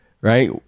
right